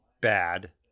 bad